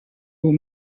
aux